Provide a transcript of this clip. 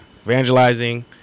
Evangelizing